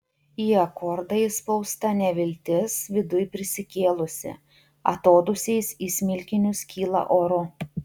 į akordą įspausta neviltis viduj prisikėlusi atodūsiais į smilkinius kyla oru